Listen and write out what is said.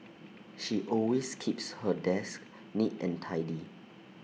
she always keeps her desk neat and tidy